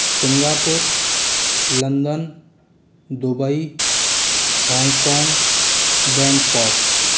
Singapore London Dubai Hong Kong Bangkok